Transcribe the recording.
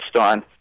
on